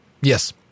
Yes